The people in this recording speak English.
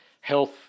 health